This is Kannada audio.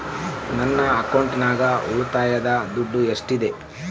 ನನ್ನ ಅಕೌಂಟಿನಾಗ ಉಳಿತಾಯದ ದುಡ್ಡು ಎಷ್ಟಿದೆ?